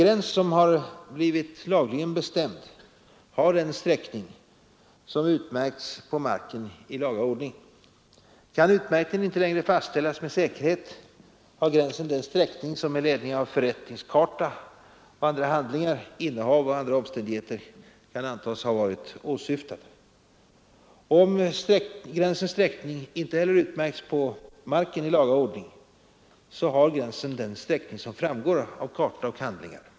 Gräns som blivit lagligen bestämd har den sträckning som utmärkts på marken i laga ordning. Kan utmärkningen inte längre fastställas med säkerhet, har gränsen den sträckning som med ledning av förrättningskarta jämte handlingar, innehav och andra omständigheter kan antas ha varit åsyftad. Om gränsens sträckning inte utmärkts på marken i laga ordning, har gränsen den sträckning som framgår av karta och handlingar.